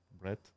bread